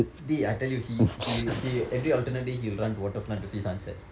dey I tell you he he he every alternate day he will run to waterfront to see sunset